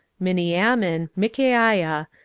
miniamin, michaiah,